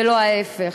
ולא ההפך.